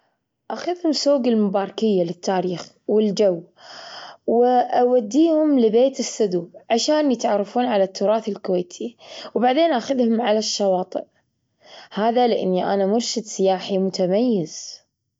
أخذهم سوج المباركية للتاريخ والجو. وأوديهم لبيت السدود عشان يتعرفون على التراث الكويتي. وبعدين آخذهم على الشواطئ، هذا لأني أنا مرشد سياحي متميز.